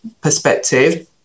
perspective